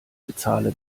bezahle